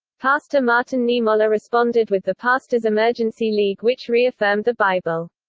pastor martin niemoller responded with the pastors emergency league which re-affirmed the bible.